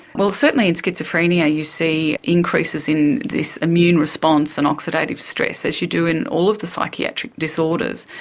well, certainly in schizophrenia you see increases in this immune response and oxidative stress, as you do in all of the psychiatric disorders.